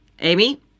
Amy